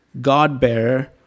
God-bearer